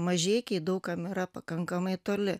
mažeikiai daug kam yra pakankamai toli